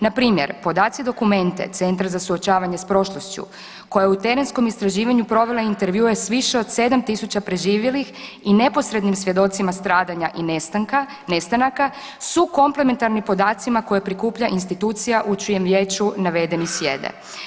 Npr. podaci dokumente Centra za suočavanje s prošlošću koja je u terenskom istraživanju provela intervjue s više od 7.000 preživjelih i neposrednim svjedocima stradanja i nestanaka su komplementarni podacima koje prikuplja institucija u čijem vijeću navedeni sjede.